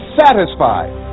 satisfied